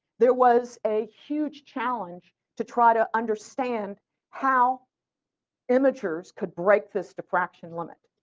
there was a huge challenge to try to understand how imagers could break this defraction limit.